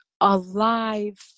alive